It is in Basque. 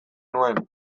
nuen